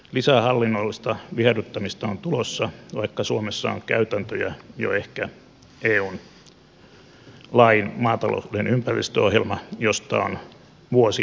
lisää hallinnollista viherryttämistä on tulossa vaikka suomessa on käytäntönä jo ehkä eun maatalouden ympäristöohjelma josta on vuosien hyvä kokemus